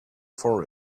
for